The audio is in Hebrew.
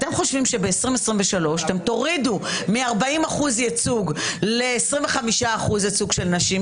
אתם חושבים שב-2023 אתם תורידו מ-40% ייצוג ל-25% ייצוג לנשים,